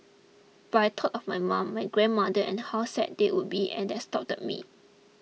but I thought of my mum my grandmother and how sad they would be and that stopped me